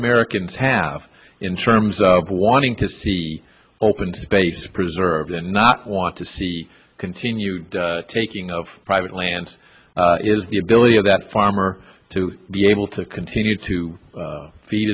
americans have in terms of wanting to see open space preserved and not want to see continued taking of private lands is the ability of that farmer to be able to continue to feed